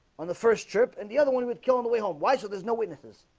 on the first trip and the other one he was killing the way home. why so there's no witnesses